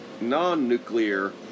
non-nuclear